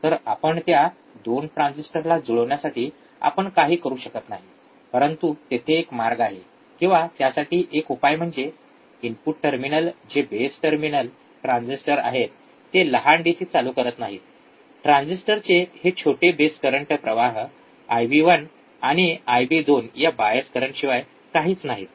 तर आपण त्या २ ट्रान्सिस्टरला जुळविण्यासाठी आपण काही करू शकत नाही परंतु तेथे एक मार्ग आहे किंवा त्यासाठी आणखी एक उपाय म्हणजे इनपुट टर्मिनल जे बेस टर्मिनल ट्रान्झिस्टर आहेत ते लहान डीसी चालू करत नाहीत ट्रान्झिस्टरचे हे छोटे बेस करंट प्रवाह आय बी १ आणि आय बी २ या बायस करंट्सशिवाय काहीच नाहीत